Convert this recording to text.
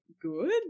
good